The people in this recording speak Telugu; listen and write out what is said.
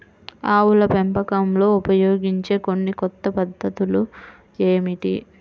ఆవుల పెంపకంలో ఉపయోగించే కొన్ని కొత్త పద్ధతులు ఏమిటీ?